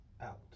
out